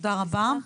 תודה רבה.